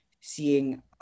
seeing